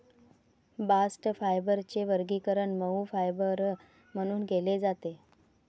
bast फायबरचे वर्गीकरण मऊ फायबर म्हणून केले जाते